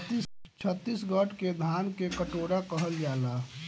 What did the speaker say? छतीसगढ़ के धान के कटोरा कहल जाला